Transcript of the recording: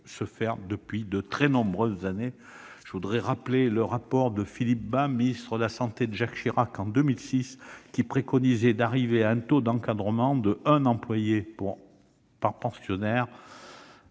débuter il y a de très nombreuses années. Je voudrais rappeler que Philippe Bas, ministre de la santé de Jacques Chirac en 2006, préconisait de parvenir à un taux d'encadrement d'un employé par pensionnaire